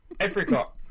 Apricot